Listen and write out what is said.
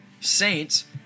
Saints